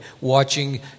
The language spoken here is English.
watching